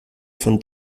von